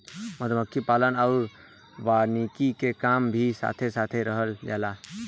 मधुमक्खी पालन आउर वानिकी के काम भी साथे साथे करल जाला